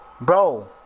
Bro